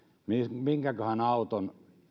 minkäköhän auton